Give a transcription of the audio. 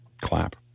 clap